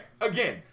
again